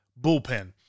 bullpen